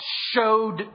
showed